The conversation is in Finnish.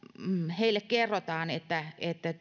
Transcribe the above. heille kerrotaan että että